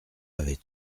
avait